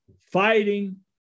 fighting